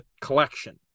collection